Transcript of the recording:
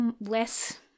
less